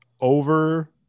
over